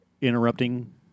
interrupting